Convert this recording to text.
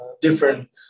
different